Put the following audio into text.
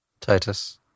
Titus